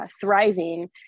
thriving